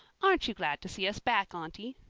aren't you glad to see us back, aunty?